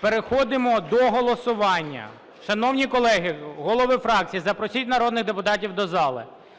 переходимо до голосування. Шановні колеги, голови фракцій, запросіть народних депутатів до зали.